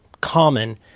common –